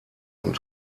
und